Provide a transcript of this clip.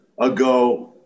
ago